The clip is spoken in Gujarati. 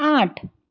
આઠ